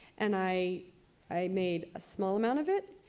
and i i made a small amount of it.